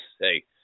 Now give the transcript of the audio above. hey